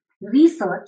Research